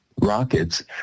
rockets